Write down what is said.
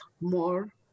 more